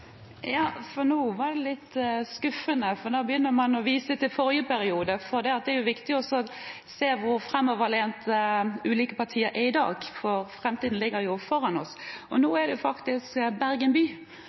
Nå var det litt skuffende, for nå begynner man å vise til forrige periode. Det er viktig å se hvor framoverlente ulike partier er i dag, for framtiden ligger jo foran oss. Og nå